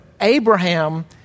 Abraham